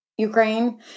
Ukraine